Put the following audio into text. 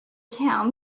town